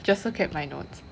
just look at my notes